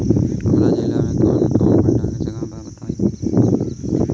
हमरा जिला मे कवन कवन भंडारन के जगहबा पता बताईं?